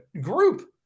group